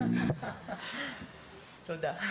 תודה.